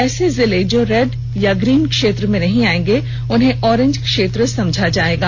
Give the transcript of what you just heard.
ऐसे जिले जो रेड अथवा ग्रीन क्षेत्र में नहीं आयेंगे उन्हें ऑरेंज क्षेत्र समझा जाएगा